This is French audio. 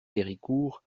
héricourt